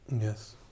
Yes